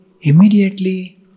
immediately